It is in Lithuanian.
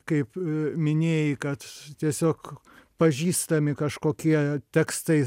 kaip minėjai kad tiesiog pažįstami kažkokie tekstai